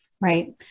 Right